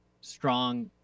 strong